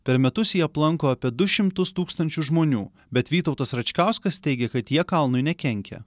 per metus jį aplanko apie du šimtus tūkstančių žmonių bet vytautas račkauskas teigė kad jie kalnui nekenkia